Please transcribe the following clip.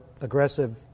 aggressive